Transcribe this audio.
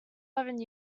eleven